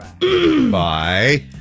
Bye